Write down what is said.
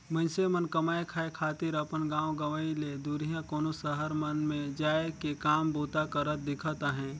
मइनसे मन कमाए खाए खातिर अपन गाँव गंवई ले दुरिहां कोनो सहर मन में जाए के काम बूता करत दिखत अहें